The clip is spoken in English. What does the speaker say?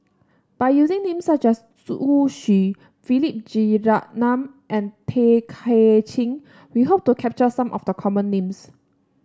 by using names such as Zhu Xu Philip Jeyaretnam and Tay Kay Chin we hope to capture some of the common names